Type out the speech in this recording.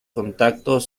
contacto